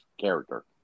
character